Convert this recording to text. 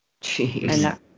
Jeez